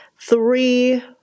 three